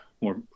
more